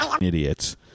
Idiots